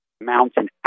mountain